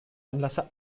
anlasser